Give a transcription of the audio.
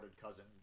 cousin